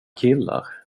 killar